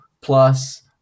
plus